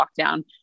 lockdown